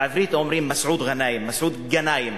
בעברית, "מסעוד ע'נאים" אומרים "מסעוד גנאים".